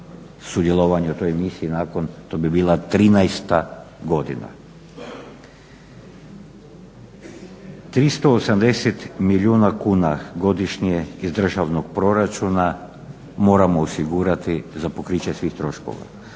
sudjelovanja u toj misiji nakon, to bi bila trinaesta godina? 380 milijuna kuna godišnje iz državnog proračuna moramo osigurati za pokriće svih troškova.